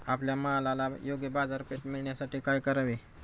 आपल्या मालाला योग्य बाजारपेठ मिळण्यासाठी काय करावे?